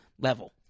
level